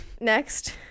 Next